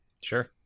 Sure